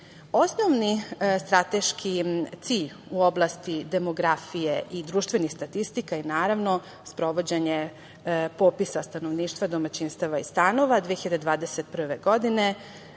EU.Osnovni strateški cilj u oblasti demografije i društvenih statistika je, naravno, sprovođenje popisa stanovništva, domaćinstava i stanova 2021.